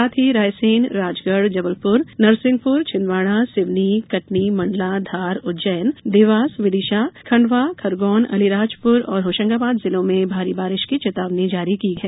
साथ ही रायसेन राजगढ़ जबलपुर नरसिंहपुर छिंदवाड़ा सिवनी कटनी मंडला धार उज्जैन देवास विदिशा खंडवा खरगोन अलीराजपुर और होशंगाबाद जिलों में भारी बारिश की चेतावनी जारी की है